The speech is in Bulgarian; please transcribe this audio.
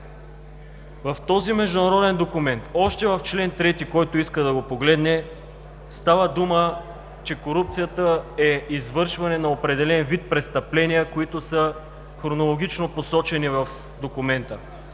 В този международен документ, още в чл. 3 – който иска, да го погледне, става дума за това, че корупцията е извършване на определен вид престъпления, които са хронологично посочени в документа.